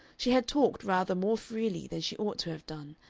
she had talked rather more freely than she ought to have done,